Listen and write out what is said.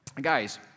guys